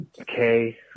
okay